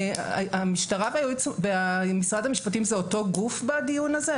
המשטרה ומשרד המשפטים זה אותו גוף בדיון הזה?